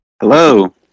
Hello